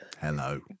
Hello